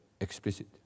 explicit